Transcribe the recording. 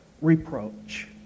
reproach